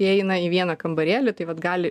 įeina į vieną kambarėlį tai vat gali